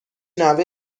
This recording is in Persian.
نوه